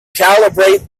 calibrate